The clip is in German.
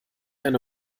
eine